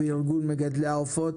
וארגון מגדלי העופות,